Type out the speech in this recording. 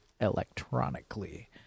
electronically